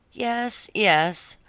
yes, yes,